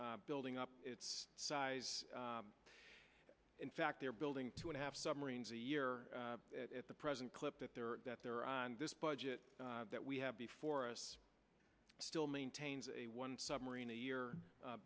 building up its size in fact they're building two and a half submarines a year at the present clip that they're that they're on this budget that we have before us still maintains a one submarine a year